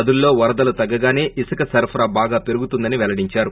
నదులలో వరదలు తగ్గగానే ఇసుక సరఫరా బాగా పెరుగుతుందని పెల్లడించారు